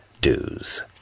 Dues